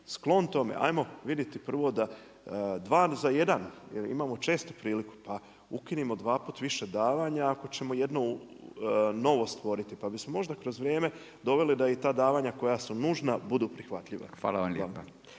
sklon tome 'ajmo vidjeti prvo dva za jedan, imamo često priliku. Pa ukinimo dva puta više davanja ako ćemo jedno novo stvoriti. Pa bismo možda kroz vrijeme doveli da i ta davanja koja su nužna budu prihvatljiva. Hvala.